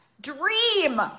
dream